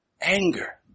anger